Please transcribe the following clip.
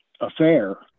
affair